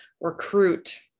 recruit